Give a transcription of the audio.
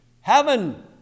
Heaven